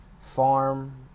farm